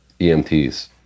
EMTs